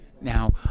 Now